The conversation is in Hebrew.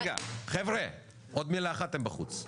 רגע, חבר'ה, עוד מילה אחת אתם בחוץ.